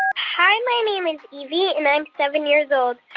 ah hi. my name is evie. and i'm seven years old.